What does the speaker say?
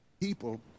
People